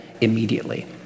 immediately